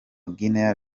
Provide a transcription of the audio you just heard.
guinee